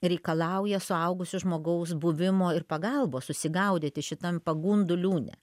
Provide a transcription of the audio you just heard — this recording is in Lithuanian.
reikalauja suaugusio žmogaus buvimo ir pagalbos susigaudyti šitam pagundų liūne